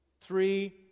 Three